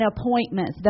appointments